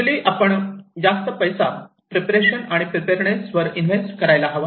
actually आपण जास्त पैसा प्रिवेशन आणि प्रीपेडनेस वर इन्व्हेस्ट करायला हवा